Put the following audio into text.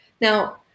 now